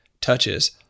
touches